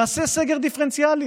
נעשה סגר דיפרנציאלי,